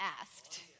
asked